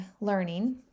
learning